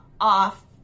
off